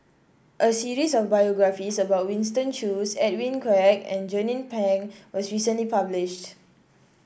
a series of biographies about Winston Choos Edwin Koek and Jernnine Pang was recently published